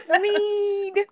Mead